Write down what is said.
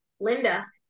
Linda